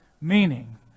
Meaning